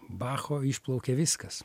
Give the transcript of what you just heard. bacho išplaukia viskas